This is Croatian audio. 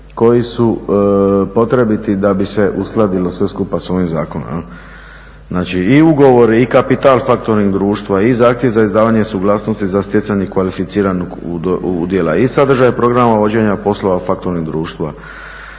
koji su potrebiti da bi se uskladilo sve skupa s ovim zakonom. Znači i ugovori i kapital faktoring društva i zahtjev za izdavanje suglasnosti za stjecanje kvalificiranog udjela i sadržaje programa vođenja poslova faktoring društva